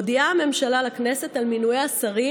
מודיעה הממשלה לכנסת על מינויי השרים